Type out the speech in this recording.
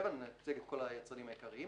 לגביהם